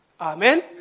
Amen